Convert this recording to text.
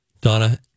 Donna